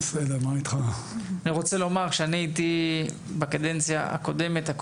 אני רוצה לומר שכשאני הייתי בקדנציה הקודמת-הקודמת